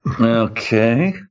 Okay